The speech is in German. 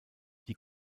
die